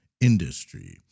Industry